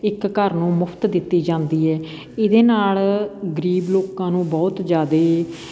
ਇੱਕ ਘਰ ਨੂੰ ਮੁਫਤ ਦਿੱਤੀ ਜਾਂਦੀ ਹੈ ਇਹਦੇ ਨਾਲ ਗਰੀਬ ਲੋਕਾਂ ਨੂੰ ਬਹੁਤ ਜ਼ਿਆਦਾ